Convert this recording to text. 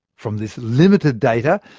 from this limited data,